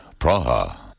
Praha